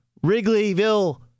Wrigleyville